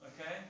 Okay